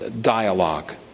dialogue